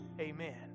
amen